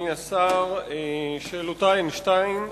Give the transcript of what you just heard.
אדוני השר, שאלותי הן שתיים.